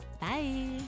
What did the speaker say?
Bye